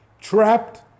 trapped